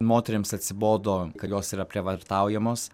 moterims atsibodo kad jos yra prievartaujamos